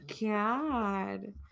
God